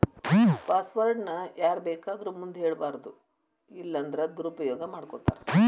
password ನ ಯಾರ್ಬೇಕಾದೊರ್ ಮುಂದ ಹೆಳ್ಬಾರದು ಇಲ್ಲನ್ದ್ರ ದುರುಪಯೊಗ ಮಾಡ್ಕೊತಾರ